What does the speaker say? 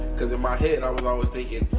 cause in my head, i was always thinking,